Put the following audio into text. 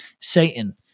Satan